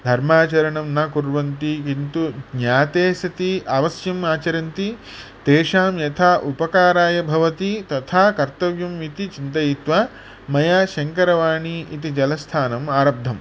धर्माचरणं न कुर्वन्ति किन्तु ज्ञाते सति अवश्यमाचरन्ति तेषां यथा उपकाराय भवति तथा कर्तव्यम् इति चिन्तयित्वा मया शङ्करवाणी इति जलस्थानम् आरब्धम्